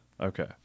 okay